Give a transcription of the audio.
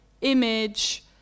image